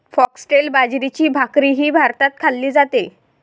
foxtail बाजरीची भाकरीही भारतात खाल्ली जाते